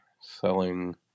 selling